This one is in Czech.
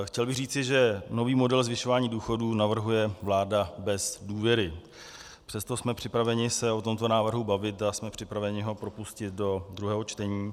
Chtěl bych říci, že nový model zvyšování důchodů navrhuje vláda bez důvěry, přesto jsme připraveni se o tomto návrhu bavit a jsme připraveni ho propustit do druhého čtení.